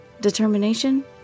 Determination